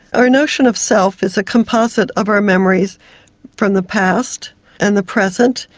our notion of self is a composite of our memories from the past and the present,